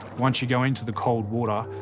once you go into the cold water,